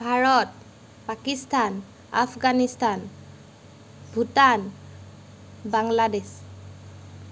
Bharat Pakistan Afghanistan Bhutan Bangladesh